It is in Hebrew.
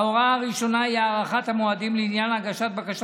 ההוראה הראשונה היא הארכת המועדים לעניין הגשת בקשות